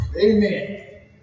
Amen